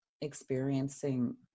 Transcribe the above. experiencing